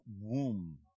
womb